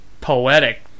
poetic